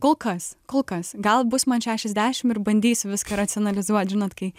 kol kas kol kas gal bus man šešiasdešim ir bandysiu viską racionalizuoti žinot kai